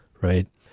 right